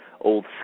Old